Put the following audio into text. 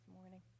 morning